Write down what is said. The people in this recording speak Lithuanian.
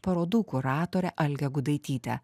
parodų kuratore alge gudaityte